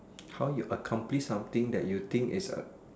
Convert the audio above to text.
how you accomplish something that you think is A